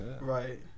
right